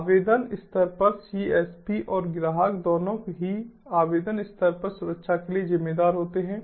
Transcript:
आवेदन स्तर पर CSP और ग्राहक दोनों ही आवेदन स्तर पर सुरक्षा के लिए जिम्मेदार होते हैं